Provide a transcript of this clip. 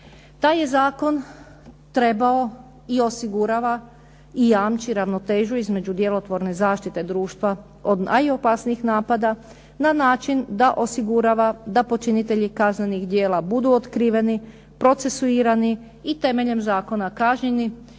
Taj je zakon trebao i osigurava i jamči ravnotežu između djelotvorne zaštite društva od najopasnijih napada na način da osigurava da počinitelji kaznenih djela budu otkriveni, procesuirani i temeljem zakona kažnjeni